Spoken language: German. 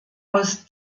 aus